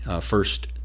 first